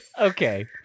Okay